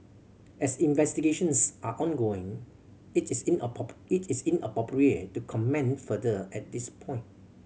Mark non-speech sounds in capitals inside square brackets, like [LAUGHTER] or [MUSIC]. as investigations are ongoing it is [UNINTELLIGIBLE] it is inappropriate to comment further at this point